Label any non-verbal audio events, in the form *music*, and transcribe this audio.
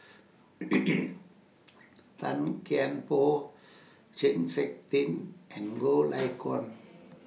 *noise* Tan Kian Por Chng Seok Tin and Goh Lay Kuan